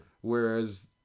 whereas